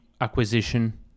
acquisition